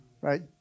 right